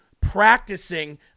practicing